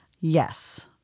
Yes